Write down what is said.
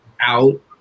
out